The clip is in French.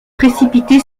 précipité